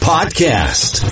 Podcast